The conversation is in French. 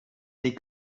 n’est